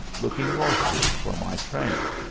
looking northward for my train.